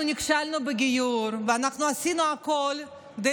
אנחנו נכשלנו בגיור ואנחנו עשינו הכול כדי